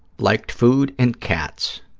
liked food and cats,